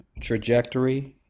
trajectory